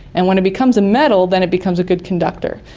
and when it becomes a metal then it becomes a good conductor.